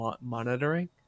monitoring